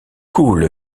coule